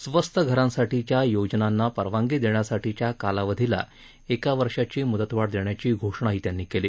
स्वस्त घरांसाठीच्या योजनांना परवानगी देण्यासाठीच्या कालावधीला एका वर्षाची मुदतवाढ देण्याची घोषणाही त्यांनी केली